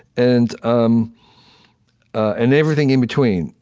and um and everything in between.